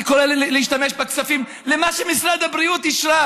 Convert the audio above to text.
אני קורא להשתמש בכספים למה שמשרד הבריאות אישר,